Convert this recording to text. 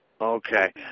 Okay